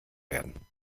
werden